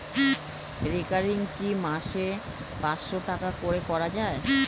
Recurring কি মাসে পাঁচশ টাকা করে করা যায়?